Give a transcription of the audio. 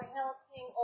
helping